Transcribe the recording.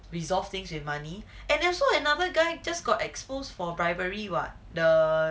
resolve things with money and also another guy just got exposed for bribery what the